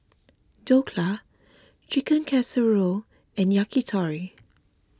Dhokla Chicken Casserole and Yakitori